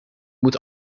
moet